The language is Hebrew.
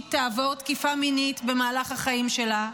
תעבור תקיפה מינית במהלך החיים שלה,